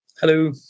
Hello